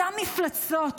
אותן מפלצות,